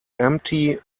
empty